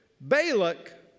Balak